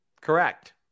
Correct